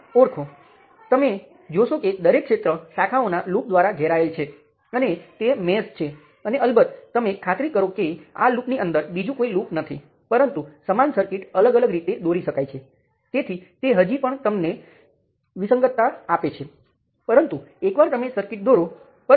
તેથી તમે આને વોલ્ટેજ નિયંત્રિત કરંટ સ્ત્રોત અથવા કરંટ નિયંત્રિત કરંટ સ્ત્રોત તરીકે વિચારો તમારી પાસે સમીકરણો સરખાં હશે